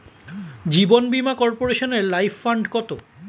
জীবন বীমা কর্পোরেশনের life fund কত?